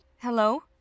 Hello